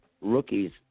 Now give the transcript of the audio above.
rookies